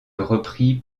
repris